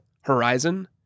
horizon